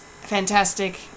fantastic